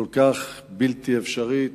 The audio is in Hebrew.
כל כך בלתי אפשרית,